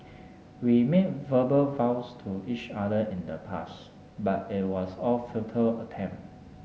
we made verbal vows to each other in the past but it was a futile attempt